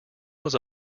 was